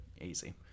Easy